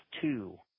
two